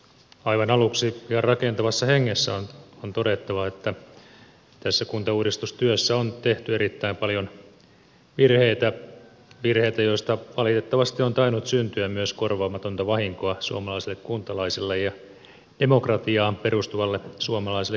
aivan aluksi ihan rakentavassa hengessä on todettava että tässä kuntauudistustyössä on tehty erittäin paljon virheitä virheitä joista valitettavasti on tainnut syntyä myös korvaamatonta vahinkoa suomalaisille kuntalaisille ja demokratiaan perustuvalle suomalaiselle kuntajärjestelmälle